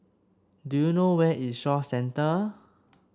do you know where is Shaw Centre